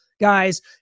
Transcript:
guys